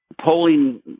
polling